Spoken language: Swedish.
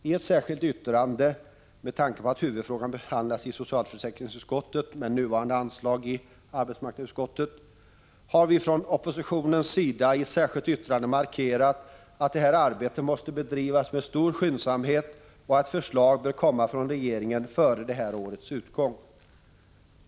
I ett särskilt yttrande — med tanke på att huvudfrågan behandlas i socialförsäkringsutskottet men nuvarande anslag i arbetsmarknadsutskottet — har vi från oppositionens sida markerat att det här arbetet måste bedrivas med stor skyndsamhet och att ett förslag bör komma från regeringen före det här årets utgång.